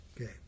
Okay